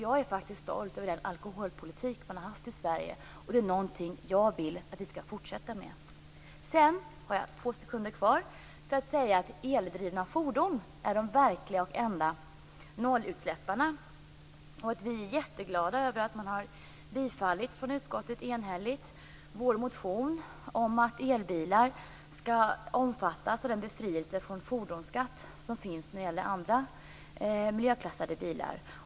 Jag är faktiskt stolt över den alkoholpolitik man har haft i Sverige, och det är någonting jag vill att vi skall fortsätta med. Jag har två sekunder på mig att säga att eldrivna fordon är de verkliga och enda "nollutsläpparna", och att vi är jätteglada över att utskottet enhälligt har bifallit vår motion om att elbilar skall omfattas av den befrielse från fordonsskatt som finns när det gäller andra miljöklassade bilar.